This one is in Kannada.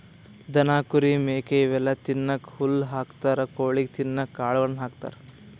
ದನ ಕುರಿ ಮೇಕೆ ಇವೆಲ್ಲಾ ತಿನ್ನಕ್ಕ್ ಹುಲ್ಲ್ ಹಾಕ್ತಾರ್ ಕೊಳಿಗ್ ತಿನ್ನಕ್ಕ್ ಕಾಳುಗಳನ್ನ ಹಾಕ್ತಾರ